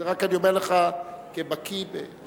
את זה אני רק אומר לך כבקי בחלק,